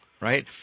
Right